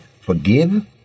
forgive